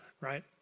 right